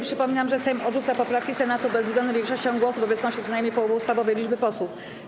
Przypominam, że Sejm odrzuca poprawki Senatu bezwzględną większością głosów w obecności co najmniej połowy ustawowej liczby posłów.